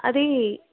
అదీ